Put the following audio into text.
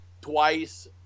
twice